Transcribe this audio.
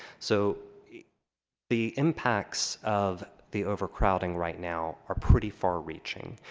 so the impacts of the overcrowding right now are pretty far-reaching.